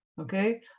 okay